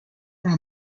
are